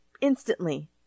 instantly